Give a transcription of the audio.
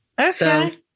okay